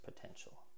potential